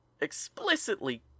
explicitly